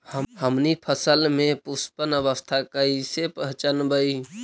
हमनी फसल में पुष्पन अवस्था कईसे पहचनबई?